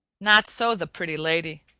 not so, the pretty lady.